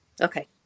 Okay